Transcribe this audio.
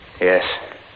Yes